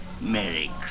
Merry